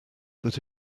that